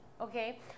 Okay